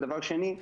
דבר שני,